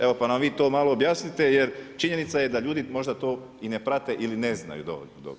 Evo, pa nam vi to malo objasnite, jer činjenica je da ljudi možda to i ne prate ili ne znaju dovoljno dobro.